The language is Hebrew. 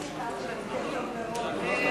ההצעה להעביר את הצעת חוק הגנת הצרכן (תיקון,